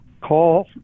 call